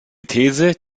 these